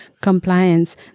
compliance